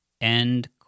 End